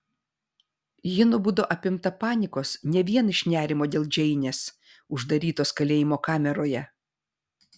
ji nubudo apimta panikos ne vien iš nerimo dėl džeinės uždarytos kalėjimo kameroje